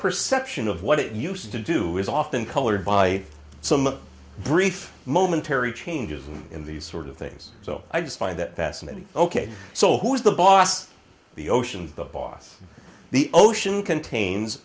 perception of what it used to do is often colored by some brief momentary changes in these sort of things so i just find that fascinating ok so who's the boss the ocean the boss the ocean contains